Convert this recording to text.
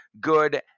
good